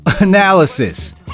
analysis